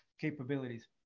capabilities